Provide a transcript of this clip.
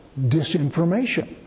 disinformation